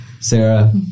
Sarah